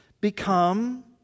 become